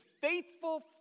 faithful